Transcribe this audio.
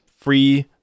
free